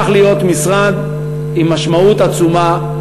הפך להיות משרד עם משמעות עצומה,